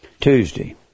tuesday